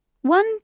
One